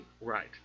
Right